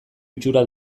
itxura